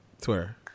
Twitter